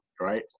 right